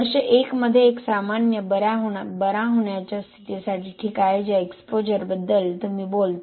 वर्ष 1 मध्ये एक सामान्य बरा होण्याच्या स्थितीसाठी ठीक आहे ज्या एक्सपोजरबद्दल तुम्ही बोलता